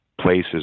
places